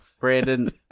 Brandon